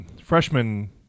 freshman